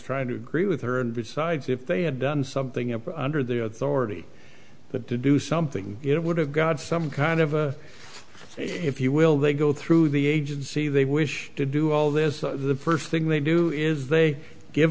trying to agree with her and see if they had done something you know under the authority to do something it would have got some kind of if you will they go through the agency they wish to do all this the first thing they do is they give